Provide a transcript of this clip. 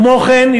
כמו כן,